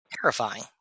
terrifying